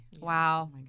Wow